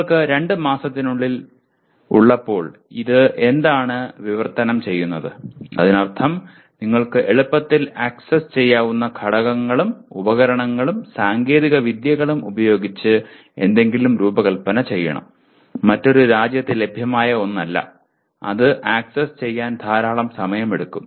നിങ്ങൾക്ക് രണ്ട് മാസത്തിനുള്ളിൽ ഉള്ളപ്പോൾ ഇത് എന്താണ് വിവർത്തനം ചെയ്യുന്നത് അതിനർത്ഥം നിങ്ങൾക്ക് എളുപ്പത്തിൽ ആക്സസ് ചെയ്യാവുന്ന ഘടകങ്ങളും ഉപകരണങ്ങളും സാങ്കേതികവിദ്യകളും ഉപയോഗിച്ച് എന്തെങ്കിലും രൂപകൽപ്പന ചെയ്യണം മറ്റൊരു രാജ്യത്ത് ലഭ്യമായ ഒന്നല്ല അത് ആക്സസ് ചെയ്യാൻ ധാരാളം സമയമെടുക്കും